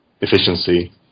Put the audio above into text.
efficiency